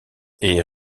est